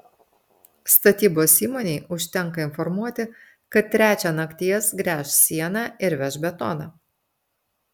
statybos įmonei užtenka informuoti kad trečią nakties gręš sieną ir veš betoną